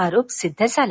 आरोप सिद्ध झाला